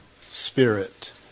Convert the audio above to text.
Spirit